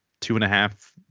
two-and-a-half